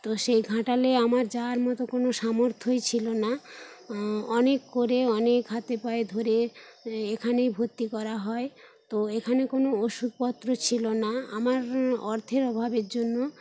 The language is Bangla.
তো সেই ঘাটালে আমার যাওয়ার মতো কোনো সামর্থ্যই ছিল না অনেক করে অনেক হাতে পায়ে ধরে এ এখানেই ভর্তি করা হয় তো এখানে কোনো ওষুধপত্র ছিল না আমার অর্থের অভাবের জন্য